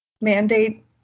mandate